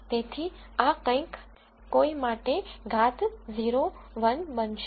તેથી આ કંઈક કોઈ માટે ઘાત 0 1 બનશે